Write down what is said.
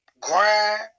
grind